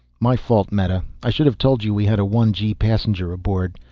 my fault, meta, i should have told you we had a one g passenger aboard.